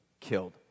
killed